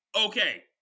Okay